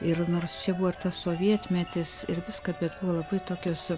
ir nors čia buvo ir tas sovietmetis ir viską bet buvo labai tokios